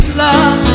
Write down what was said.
love